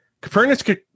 Copernicus